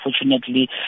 unfortunately